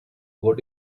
what